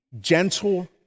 gentle